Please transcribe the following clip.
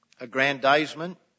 aggrandizement